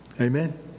Amen